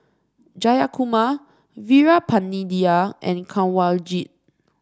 Jayakumar Veerapandiya and Kanwaljit